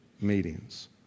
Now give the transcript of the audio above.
meetings